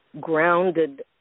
grounded